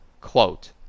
quote